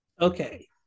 Okay